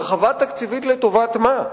הרחבה תקציבית, לטובת מה?